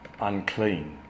unclean